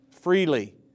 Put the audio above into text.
Freely